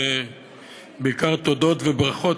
זה בעיקר תודות וברכות.